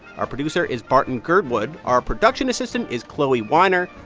our producer is barton girdwood. our production assistant is chloe weiner.